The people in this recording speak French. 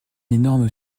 énorme